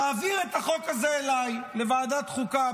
תעביר את החוק הזה אליי לוועדת חוקה,